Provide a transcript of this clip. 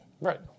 right